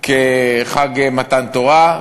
כחג מתן תורה,